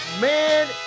man